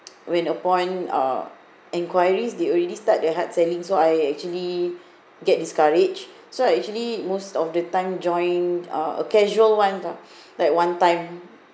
when upon uh enquiries they already start their hard selling so I actually get discouraged so I actually most of the time joined uh casual ones ah like one time